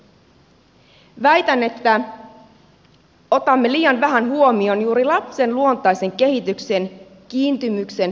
väitän että otamme liian vähän huomioon juuri lapsen luontaisen kehityksen kiintymyksen ja tarpeen